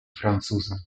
francuza